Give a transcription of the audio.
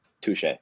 Touche